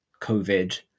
Covid